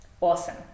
Awesome